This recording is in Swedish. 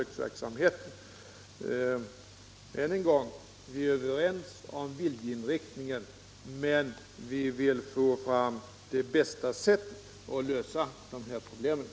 Än en gång: Vi är överens om viljeinriktningen, men jag vill ha klarhet i vilket sätt som är det bästa när det gäller att lösa det här problemet.